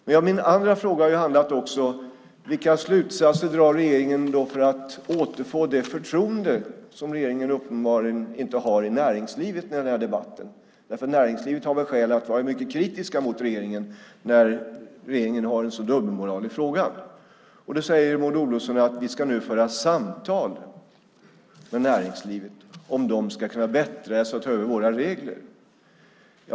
Min andra fråga har handlat om vilka slutsatser regeringen drar för att återfå det förtroende som regeringen uppenbarligen inte har i näringslivet när det gäller den här debatten. Näringslivet har väl skäl att vara mycket kritiskt mot regeringen när regeringen har en sådan dubbelmoral i frågan. Maud Olofsson säger: Vi ska nu föra samtal med näringslivet om de ska kunna bättra sig och ta över våra regler.